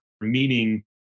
meaning